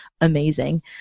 amazing